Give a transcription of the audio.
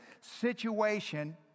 situation